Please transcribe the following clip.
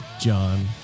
john